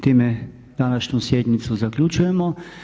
Time današnju sjednicu zaključujemo.